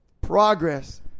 progress